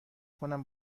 کنم